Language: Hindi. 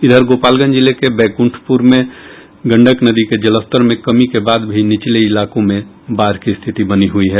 इधर गोपालगंज जिले के बैकुंडपुर में गंडक नदी के जलस्तर में कमी के बाद भी निचले इलाके में बाढ़ की रिथति बनी हुयी है